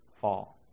fall